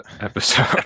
episode